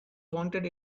wanted